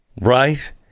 Right